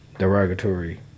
Derogatory